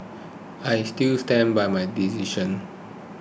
I still stand by my decision